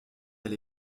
elle